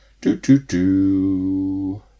Do-do-do